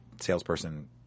salesperson